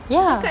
ya